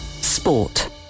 Sport